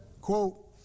quote